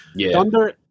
Thunder